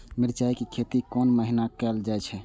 मिरचाय के खेती कोन महीना कायल जाय छै?